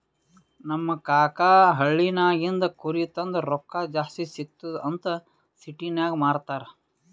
ನಮ್ ಕಾಕಾ ಹಳ್ಳಿನಾಗಿಂದ್ ಕುರಿ ತಂದು ರೊಕ್ಕಾ ಜಾಸ್ತಿ ಸಿಗ್ತುದ್ ಅಂತ್ ಸಿಟಿನಾಗ್ ಮಾರ್ತಾರ್